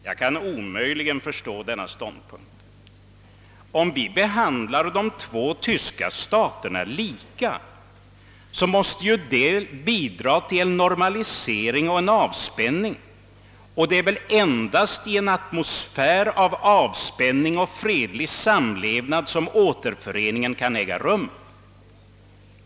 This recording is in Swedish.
Jag kan omöjligt förstå denna ståndpunkt. Om vi behandlar de två tyska staterna lika, så måste det ju bidra till en normalisering och avspänning, och det är väl endast i en atmosfär av avspänning och fredlig samlevnad som återföreningen kan äga rum.